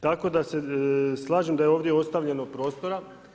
Tako da se slažem da je ovdje ostavljeno prostora.